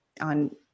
on